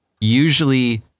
usually